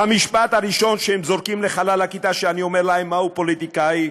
המשפט הראשון שהם זורקים לחלל הכיתה כשאני אומר להם: מהו פוליטיקאי,